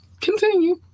continue